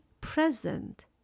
present